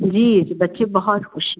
जी जी बच्चे बहुत ख़ुश हैं